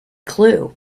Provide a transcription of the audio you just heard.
clue